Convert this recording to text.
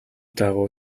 дагуу